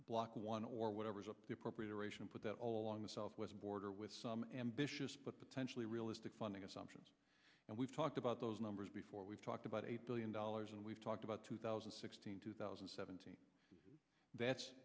block one or whatever is appropriate aeration put that all along the southwest border with some ambitious but potentially realistic funding assumptions and we've talked about those numbers before we've talked about eight billion dollars and we've talked about two thousand and sixteen two thousand and seventeen that's